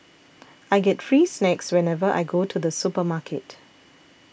I get free snacks whenever I go to the supermarket